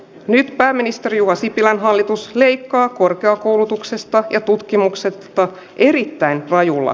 nyt pääministeri juha sipilän hallitus leikkaa korkeakoulutuksesta ja tutkimukset ja erittäin rajulla